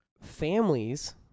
families